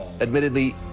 admittedly